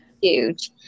Huge